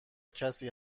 کسی